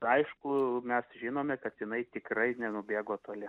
aišku mes žinome kad jinai tikrai nenubėgo toli